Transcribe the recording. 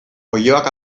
oiloak